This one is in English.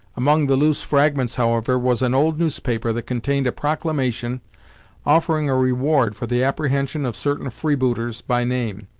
among the loose fragments, however, was an old newspaper that contained a proclamation offering a reward for the apprehension of certain free-booters by name,